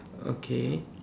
okay